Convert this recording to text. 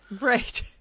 Right